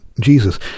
Jesus